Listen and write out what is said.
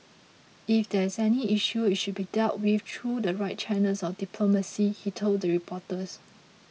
if there is any issue it should be dealt with through the right channels of diplomacy he told reporters